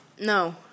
No